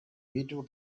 veto